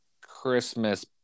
Christmas